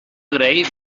gray